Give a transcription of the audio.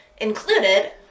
included